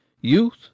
Youth